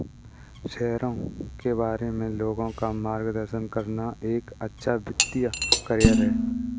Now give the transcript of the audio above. शेयरों के बारे में लोगों का मार्गदर्शन करना एक अच्छा वित्तीय करियर है